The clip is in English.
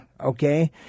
Okay